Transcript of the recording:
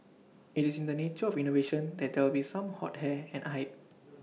IT is in the nature of innovation that there will be some hot air and hype